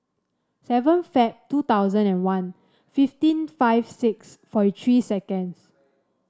seven Feb two thousand and one fifteen five six forty three seconds